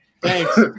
Thanks